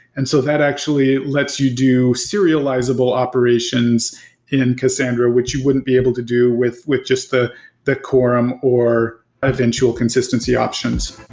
and so that actually lets you do serializable operations in cassandra, which you wouldn't be able to do with with just the the quorum or eventual consistency options.